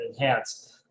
enhanced